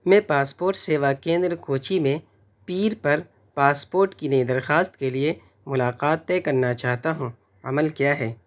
میں پاسپورٹ سیوا کیندر کوچی میں پیر پر پاسپورٹ کی نئی درخواست کے لیے ملاقات طے کرنا چاہتا ہوں عمل کیا ہے